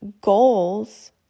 goals